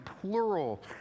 plural